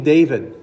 David